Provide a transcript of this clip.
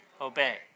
Obey